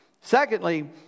Secondly